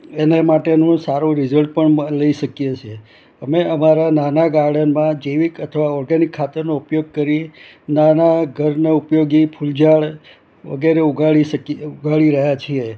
એને માટેનું સારું રિઝલ્ટ પણ લઈ શકીએ છીએ અમે અમારા નાના ગાર્ડનમાં જૈવિક અથવા ઓર્ગેનિક ખાતરનો ઉપયોગ કરી નાના ઘરને ઉપયોગી ફૂલ ઝાડ વગેરે ઉગાડી ઉગાડી રહ્યા છીએ